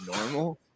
normal